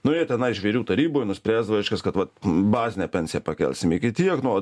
nu jie tenai žvėrių taryboj nuspręsdavo kad vat bazinę pensiją pakelsime iki tiek nuo